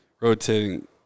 rotating